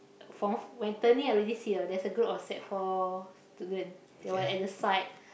for when turning already see know there's a group of sec four student they were at the side